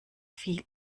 viel